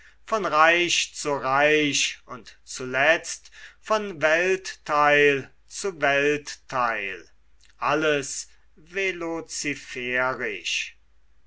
von reich zu reich und zuletzt von weltteil zu weltteil alles